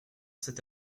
cet